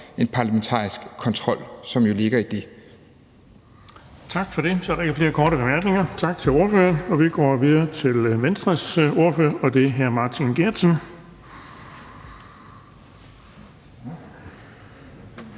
Den fg. formand (Erling Bonnesen): Tak for det. Så er der ikke flere korte bemærkninger. Tak til ordføreren. Vi går videre til Venstres ordfører, og det er hr. Martin Geertsen.